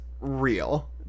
real